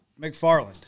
McFarland